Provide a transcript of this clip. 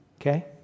Okay